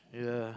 yeah